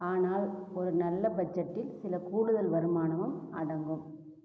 ஆனால் ஒரு நல்ல பட்ஜெட்டில் சில கூடுதல் வருமானமும் அடங்கும்